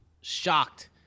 shocked